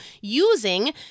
using